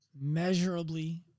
measurably